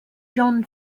john